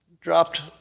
dropped